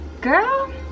girl